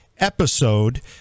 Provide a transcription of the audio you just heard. Episode